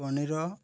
paneer